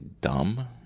dumb